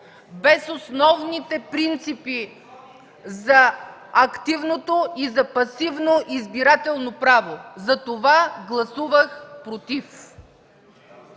без основните принципи за активното и за пасивното избирателно право, затова гласувах „против”.